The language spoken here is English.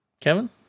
Kevin